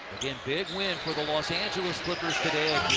again, big win for the los angeles clippers today,